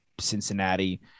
Cincinnati